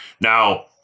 Now